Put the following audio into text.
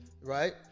right